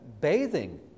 bathing